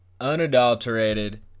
unadulterated